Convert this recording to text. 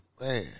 Man